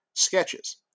Sketches